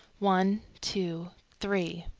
one, two, three,